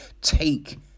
take